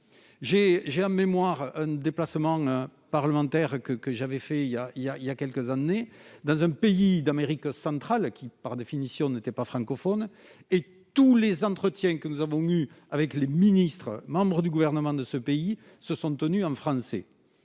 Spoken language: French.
j'ai en mémoire déplacement parlementaires que que j'avais fait, il y a, il y a, il y a quelques années, dans un pays d'Amérique centrale, qui par définition n'était pas francophone et tous les entretiens que nous avons eue avec les ministres membres du gouvernement de ce pays se sente tenus en français